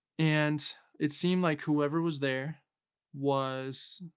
and it seemed like whoever was there was.